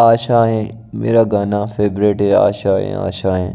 आशाएँ मेरा गाना फ़ेवरेट है आशाएँ आशाएँ